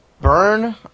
Burn